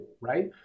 right